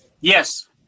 Yes